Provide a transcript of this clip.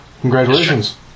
Congratulations